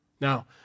Now